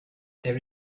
there